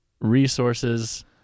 Resources